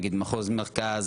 למשל מחוז מרכז,